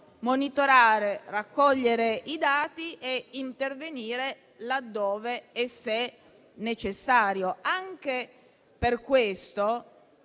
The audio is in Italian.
monitorare, raccogliere i dati e intervenire laddove e se necessario. Anche per questo